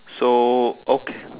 so okay